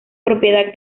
propiedad